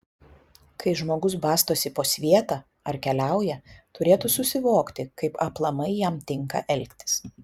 kai žmogus bastosi po svietą ar keliauja turėtų susivokti kaip aplamai jam tinka elgtis